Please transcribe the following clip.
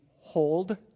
hold